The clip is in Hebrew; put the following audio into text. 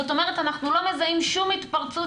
זאת אומרת אנחנו לא מזהים שום התפרצות